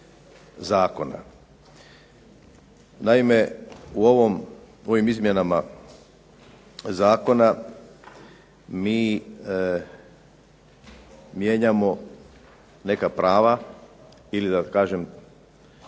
Naime u ovim izmjenama Zakona mi mijenjamo neka prava, ili da tako